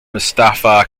mustafa